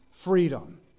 Freedom